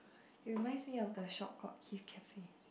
he reminds me of the shop called Keith cafe